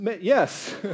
Yes